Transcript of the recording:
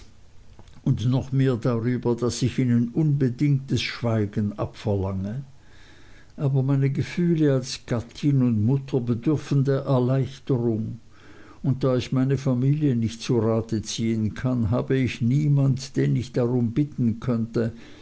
und mehr noch darüber daß ich ihnen unbedingtes schweigen abverlange aber meine gefühle als gattin und mutter bedürfen der erleichterung und da ich meine familie nicht zu rate ziehen kann habe ich niemand den ich darum bitten könnte